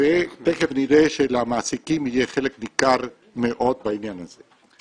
ותיכף נראה שלמעסיקים יהיה חלק ניכר מאוד בעניין הזה.